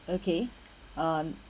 okay um